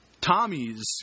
Tommy's